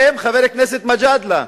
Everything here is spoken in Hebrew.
חבר הכנסת מג'אדלה,